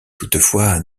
toutefois